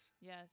Yes